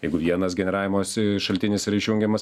jeigu vienas generavimosi šaltinis yra išjungiamas